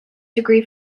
degree